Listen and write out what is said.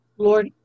Lord